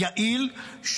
יעיל,